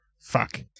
Fuck